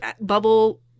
bubble